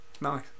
Nice